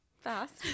fast